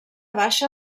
baixa